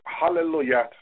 hallelujah